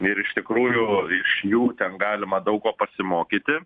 ir iš tikrųjų iš jų ten galima daug ko pasimokyti